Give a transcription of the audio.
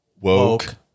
woke